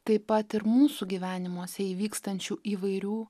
taip pat ir mūsų gyvenimuose įvykstančių įvairių